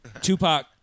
Tupac